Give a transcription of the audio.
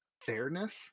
fairness